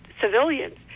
civilians